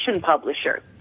publisher